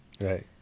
Right